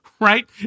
right